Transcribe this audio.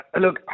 look